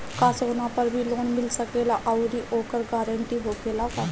का सोना पर भी लोन मिल सकेला आउरी ओकर गारेंटी होखेला का?